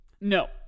No